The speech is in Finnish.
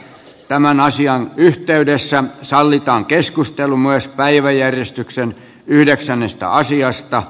tämän asian yhteydessä sallitaan keskustelumaispäiväjärjestyksen yhdeksännestä asiasta